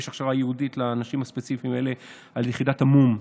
יש הכשרה ייעודית לאנשים הספציפיים האלה על יחידת המו"מ,